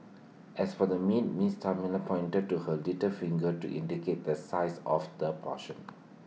as for the meat miss tart miller pointed to her little finger to indicate the size of the portion